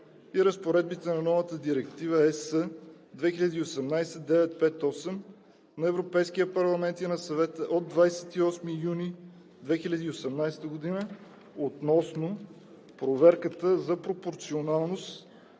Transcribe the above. и разпоредбите на новата Директива (ЕС) 2018/958 на Европейския парламент и на Съвета от 28 юни 2018 г. относно проверката за пропорционалност